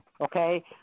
Okay